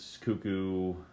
Cuckoo